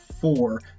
four